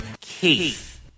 Keith